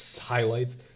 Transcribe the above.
highlights